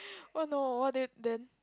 what no what did then